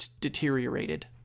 deteriorated